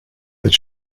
that